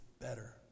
better